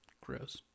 gross